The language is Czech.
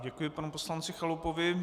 Děkuji panu poslanci Chalupovi.